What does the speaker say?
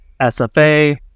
SFA